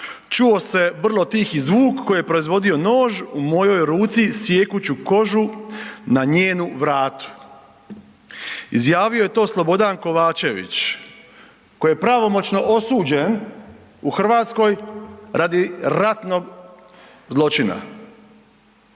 čuo se vrlo tihi zvuk koji je proizvodio nož u mojoj ruci sijekući kožu na njenu vratu. Izjavio je to Slobodan Kovačević koji je pravomoćno osuđen u Hrvatskoj radi ratnog zločina.